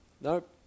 nope